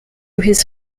his